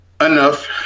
enough